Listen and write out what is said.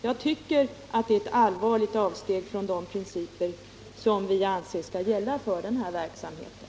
Jag tycker att en avgiftsbeläggning är ett allvarligt avsteg från de principer som vi anser skall gälla för biblioteksverksamheten.